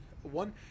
One